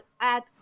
add